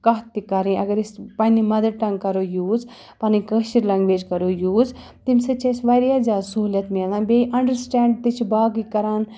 کَتھ تہِ کَرٕنۍ اَگر أسۍ پنٛںہِ مَدَر ٹنٛگ کَرو یوٗز پَنٕںۍ کٲشِر لٮ۪نٛگویج کَرو یوٗز تٔمۍ سۭتۍ چھِ أسۍ واریاہ زیادٕ سہوٗلیت مِلان بیٚیہِ اَنڈَرسٹینٛڈ تہِ چھِ باقٕے کَران